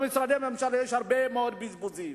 במשרדי הממשלה יש הרבה מאוד בזבוז.